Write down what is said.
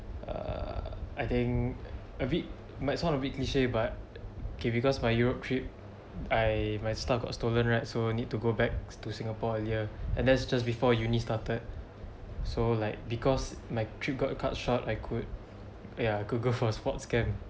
err I think a bit might sound a bit cliche but okay because my europe trip I my stuff got stolen right so need to go back to singapore earlier and that's just before uni started so like because my trip got cut short I could yeah google for a sports camp